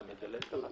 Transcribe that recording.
אתה מדלל אותם.